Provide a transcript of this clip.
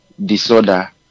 disorder